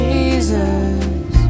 Jesus